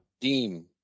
Deem